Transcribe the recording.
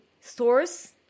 stores